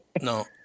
No